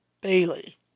Bailey